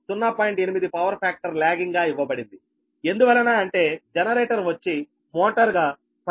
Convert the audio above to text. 8 power factor lagging గా ఇవ్వబడింది ఎందువలన అంటే జనరేటర్ వచ్చి మోటర్ గా 10